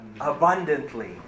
abundantly